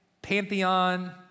pantheon